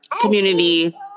Community